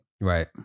Right